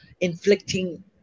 inflicting